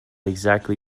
exactly